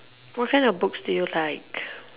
what kind of books do you like